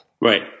Right